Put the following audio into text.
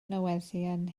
nodweddion